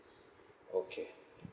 okay